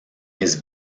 his